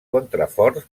contraforts